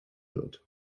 wird